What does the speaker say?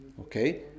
Okay